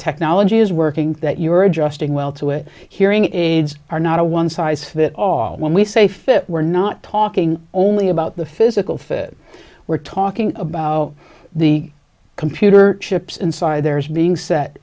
technology is working that you are adjusting well to it hearing aids are not a one size fit all when we say fit we're not talking only about the physical fit we're talking about the computer chips inside there is being set